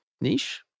niche